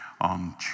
on